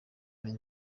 ari